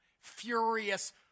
furious